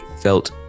felt